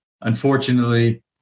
Unfortunately